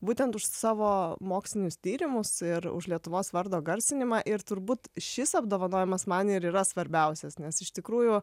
būtent už savo mokslinius tyrimus ir už lietuvos vardo garsinimą ir turbūt šis apdovanojimas man ir yra svarbiausias nes iš tikrųjų